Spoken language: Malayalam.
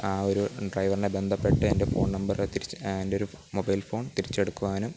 ആ ഒരു ഡ്രൈവറിനെ ബന്ധപ്പെട്ട് എൻ്റെ ഫോൺ നമ്പര് തിരിച്ച് എൻ്റെയൊരു മൊബൈൽ ഫോൺ തിരിച്ചെടുക്കുവാനും